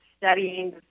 studying